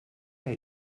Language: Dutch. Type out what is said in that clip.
jij